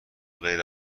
غیر